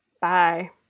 Bye